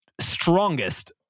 strongest